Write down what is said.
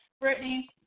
Brittany